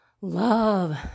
love